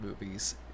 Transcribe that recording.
movies